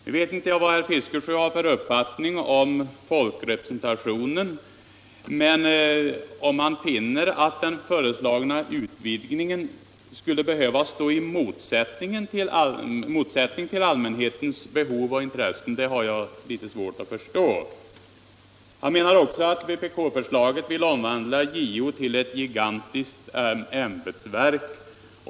Jag vet inte vilken uppfattning herr Fiskesjö har om folkrepresentationen, men jag har litet svårt att förstå att den föreslagna utvidgningen skulle behöva stå i motsättning till allmänhetens 75 behov och intressen. Herr Fiskesjö menar också att vpk vill omvandla JO till ett gigantiskt ämbetsverk.